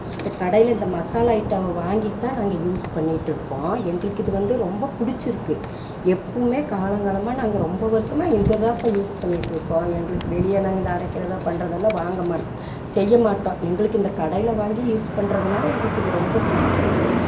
இந்த கடையில் இந்த மசாலா ஐட்டம் வாங்கி தான் நாங்கள் யூஸ் பண்ணிகிட்டு இருக்கோம் எங்களுக்கு இது வந்து ரொம்ப பிடிச்சிருக்கு எப்போவுமே காலங்காலமாக நாங்கள் ரொம்ப வருசமா இங்கே தான்ப்பா யூஸ் பண்ணிகிட்டு இருக்கோம் எங்களுக்கு வெளியில் இருந்து அரைக்கிறதோ பண்ணுறதெல்லாம் வாங்க மாட்டோம் செய்ய மாட்டோம் எங்களுக்கு இந்த கடையி வாங்கி யூஸ் பண்ணுறதுனால எங்களுக்கு இது ரொம்ப பிடிக்கிது